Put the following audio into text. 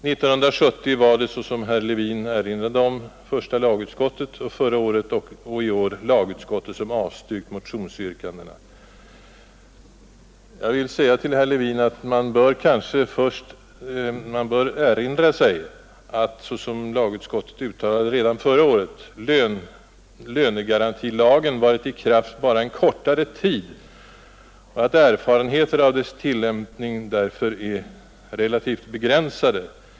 Det var 1970, som herr Levin erinrade om, första lagutskottet och förra året och i år lagutskottet som avstyrkt motionsyrkandena. Jag vill till herr Levin säga att man i detta sammanhang kanske bör erinra sig att — som lagutskottet gjorde redan förra året — lönegarantilagen varit i kraft bara en kortare tid och att erfarenheterna av dess tillämpning därför är relativt begränsade.